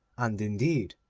and, indeed,